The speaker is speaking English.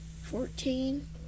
Fourteen